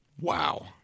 Wow